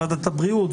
ועדת הבריאות,